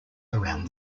around